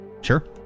Sure